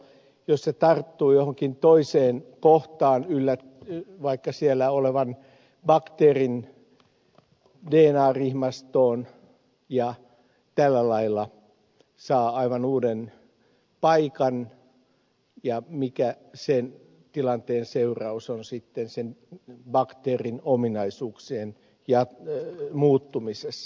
jos se tarttuu johonkin toiseen kohtaan vaikka siellä olevan bakteerin dna rihmastoon ja tällä lailla saa aivan uuden paikan mikä sen tilanteen seuraus on sitten sen bakteerin ominaisuuksien muuttumisessa